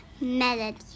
Melody